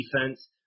defense